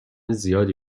زیادی